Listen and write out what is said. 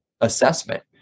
assessment